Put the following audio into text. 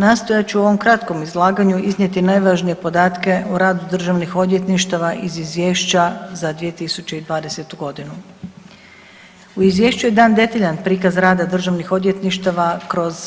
Nastojat ću u ovom kratkom izlaganju iznijeti najvažnije podatke o radu državnih odvjetništava i izvješća za 2020.g. U izvješću je dan detaljan prikaz rada državnih odvjetništava kroz